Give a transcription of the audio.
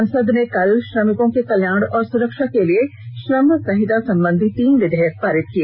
संसद ने कल श्रमिकों के कल्याण और सुरक्षा के लिए श्रम संहिता संबंधी तीन विधेयक पारित कर किए